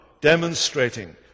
demonstrating